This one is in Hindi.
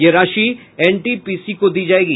ये राशि एनटीपीसी को दी जाएगी